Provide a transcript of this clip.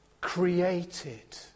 Created